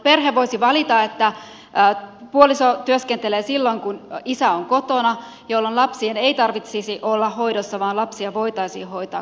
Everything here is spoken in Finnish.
perhe voisi valita että puoliso työskentelee silloin kun isä on kotona jolloin lapsien ei tarvitsisi olla hoidossa vaan lapsia voitaisiin hoitaa kotona